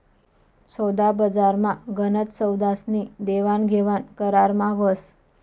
सोदाबजारमा गनच सौदास्नी देवाणघेवाण करारमा व्हस